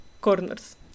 corners